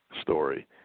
story